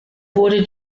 wurde